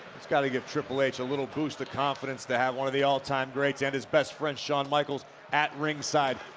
it's gotta give triple h a little boost of confidence to have one of the all-time greats and his best friend shawn michaels at ringside.